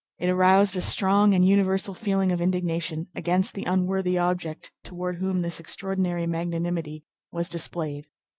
it aroused a strong and universal feeling of indignation against the unworthy object toward whom this extraordinary magnanimity was displayed.